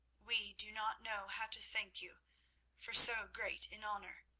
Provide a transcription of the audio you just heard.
we do not know how to thank you for so great an honour,